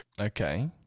Okay